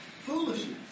Foolishness